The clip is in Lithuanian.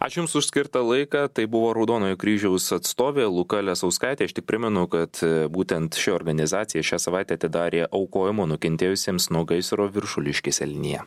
ačiū jums už skirtą laiką tai buvo raudonojo kryžiaus atstovė luka lesauskaitė aš tik primenu kad būtent ši organizacija šią savaitę atidarė aukojimo nukentėjusiems nuo gaisro viršuliškėse liniją